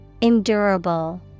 Endurable